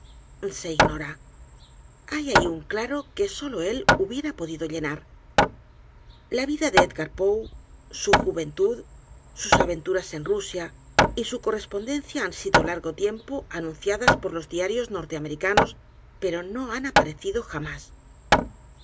r a hay ahí un claro que sólo él hubiera podido llenar la vida de e d g a r poe su juventud sus aventuras en rusia y su correspondencia han sido largo tiempo anunciadas por los diarios norte americanos pero no han aparecido j